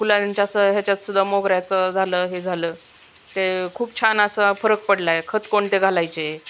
फुलांच्या असं ह्याच्यातसुद्धा मोगऱ्याचं झालं हे झालं ते खूप छान असं फरक पडलंय खत कोणते घालायचे